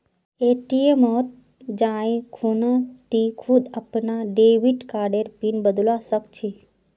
ATM मत जाइ खूना टी खुद अपनार डेबिट कार्डर पिन बदलवा सख छि